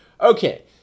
Okay